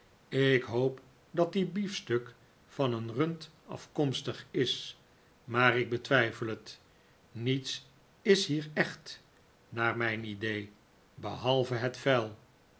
ik hoop dat die biefstuk van een rund afkomstig is maar ik betwijfel het niets is hier echt naar mijn idee behalve het vuil